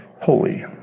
holy